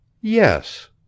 Yes